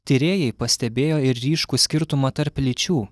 tyrėjai pastebėjo ir ryškų skirtumą tarp lyčių